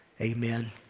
Amen